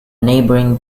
neighbouring